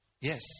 Yes